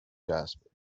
jasper